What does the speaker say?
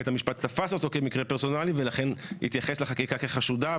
בית המשפט תפס אותו כמקרה פרסונלי ולכן התייחס לחקיקה כחשודה.